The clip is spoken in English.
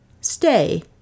Stay